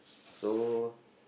so